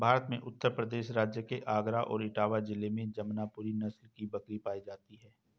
भारत में उत्तर प्रदेश राज्य के आगरा और इटावा जिले में जमुनापुरी नस्ल की बकरी पाई जाती है